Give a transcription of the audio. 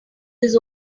this